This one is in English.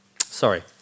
sorry